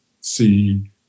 see